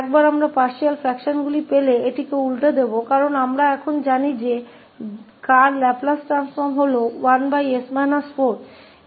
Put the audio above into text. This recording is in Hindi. एक बार हमने आंशिक भिन्नों को कर लिया यह केवल उलटने की बात है क्योंकि अब हम जानते हैं कि किसका लाप्लास परिवर्तन 1s 4 है